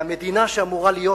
והמדינה שאמורה להיות